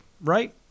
Right